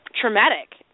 traumatic